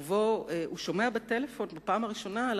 ובו הוא שומע בטלפון בפעם הראשונה על